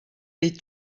les